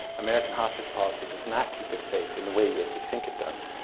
american hostage policy does not keep us safe in the way that we think it does.